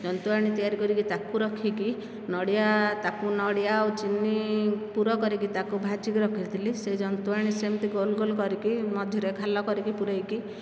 ଯନ୍ତଣି ତିଆରି କରିକି ତାକୁ ରଖିକି ନଡ଼ିଆ ତାକୁ ନଡ଼ିଆ ଆଉ ଚିନି ପୁର କରିକି ତାକୁ ଭାଜିକି ରଖିଥିଲି ସେ ଯନ୍ତଣି ସେମିତି ଗୋଲ ଗୋଲ କରିକି ମଝିରେ ଖାଲ କରିକି ପୁରେଇକି